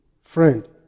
friend